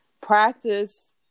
practice